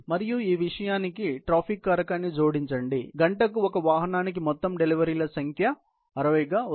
మరియు ఈ విషయానికి ట్రాఫిక్ కారకాన్ని జోడించండి నా ఉద్దేశ్యం గంటకు ఒక వాహనానికి మొత్తం డెలివరీల సంఖ్య 60 గా వస్తుంది